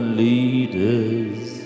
leaders